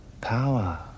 power